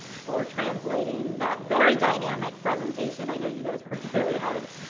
for translating that very dynamic presentation. i know you guys worked very hard.